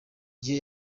gihe